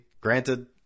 Granted